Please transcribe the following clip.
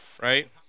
right